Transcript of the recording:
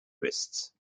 wrists